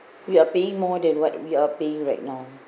we are paying more than what we are paying right now